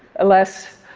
alas,